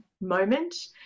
moment